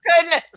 goodness